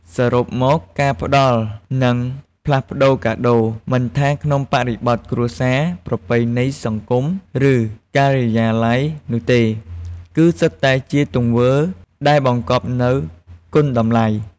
សរុបមក ការផ្តល់និងផ្លាស់ប្ដូរកាដូរ មិនថាក្នុងបរិបទគ្រួសារ ប្រពៃណី សង្គម ឬការិយាល័យនោះទេ គឺសុទ្ធតែជាទង្វើដែលបង្កប់នូវ គុណតម្លៃ។